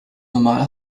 normale